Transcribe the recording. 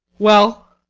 well?